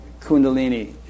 Kundalini